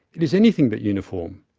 it is anything but uniform,